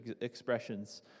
expressions